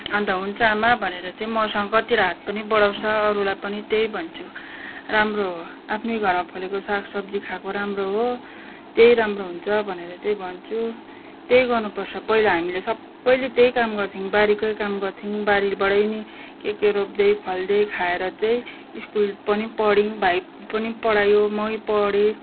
अन्त हुन्छ आमा भनेर चाहिँ मसँग कतिवटा हात पनि बढाउँछ अरूलाई पनि त्यही भन्छु राम्रो हो आफ्नै घरमा फलेको साग सब्जी खाएको राम्रो हो त्यही राम्रो हुन्छ भनेर चाहिँ भन्छु त्यही गर्नु पर्छ पहिला हामीले सबैले त्यही काम गर्थ्यौँ बारीकै काम गर्थ्यौँ बारीबाट नै केके रोप्दै फल्दै खाएर चाहिँ स्कुल पनि पढ्यौँ भाइ पनि पढायो मै पढेँ